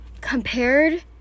compared